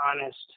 honest